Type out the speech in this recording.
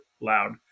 loud